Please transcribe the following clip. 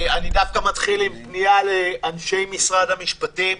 אני מתחיל עם פנייה לאנשי משרד המשפטים,